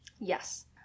Yes